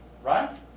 Right